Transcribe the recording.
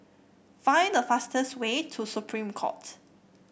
find the fastest way to Supreme Court